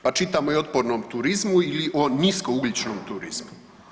Pa čitamo i o otpornom turizmu ili o nisko ugljičnom turizmu.